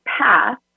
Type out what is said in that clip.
path